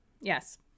Yes